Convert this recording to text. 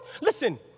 listen